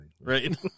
Right